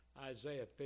Isaiah